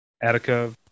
Attica